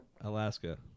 Alaska